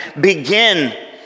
begin